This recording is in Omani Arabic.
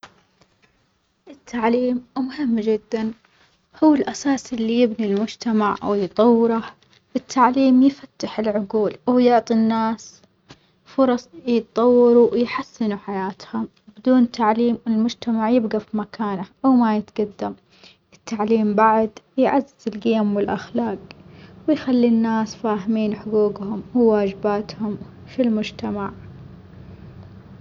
التعليم مهم جدًا هو الأساس اللي يبني المجتمع ويطوره، التعليم يفتح العجول ويعطي الناس فرص يتطوروا ويحسنوا حياتهم، بدون التعليم المجتمع يبجى في مكانه أو ما يتجدم، التعليم بعد يعزز الجيم والأخلاج، ويخلي الناس فاهمين حجوجهم وواجباتهم في المجتمع.